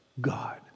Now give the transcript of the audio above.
God